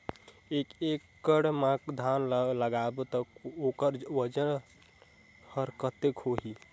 एक एकड़ मा धान ला लगाबो ता ओकर वजन हर कते होही?